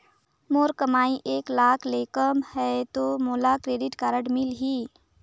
मोर कमाई एक लाख ले कम है ता मोला क्रेडिट कारड मिल ही?